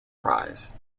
prize